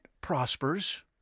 prospers